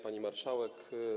Pani Marszałek!